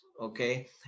okay